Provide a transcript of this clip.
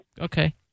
Okay